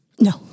no